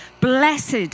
blessed